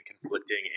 conflicting